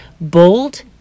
Bold